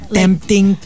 tempting